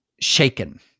shaken